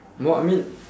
no I mean